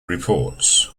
reports